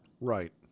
Right